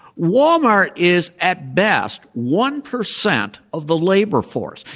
walmart is, at best, one percent of the labor force.